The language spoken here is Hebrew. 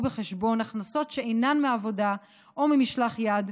בחשבון הכנסות שאינן מעבודה או ממשלח יד,